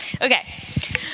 Okay